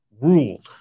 ruled